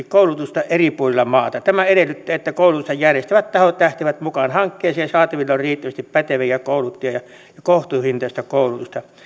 koulutusta eri puolilla maata tämä edellyttää että koulutusta järjestävät tahot lähtevät mukaan hankkeeseen ja saatavilla on riittävästi päteviä kouluttajia ja kohtuuhintaista koulutusta